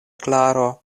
klaro